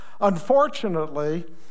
unfortunately